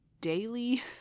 daily